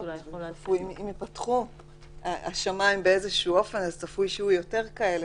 אם השמיים ייפתחו באיזשהו אופן אז צפוי שיהיו יותר מקרים כאלה.